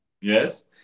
Yes